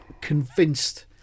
convinced